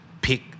pick